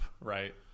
Right